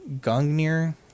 Gungnir